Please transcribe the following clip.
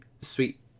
sweet